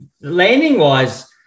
landing-wise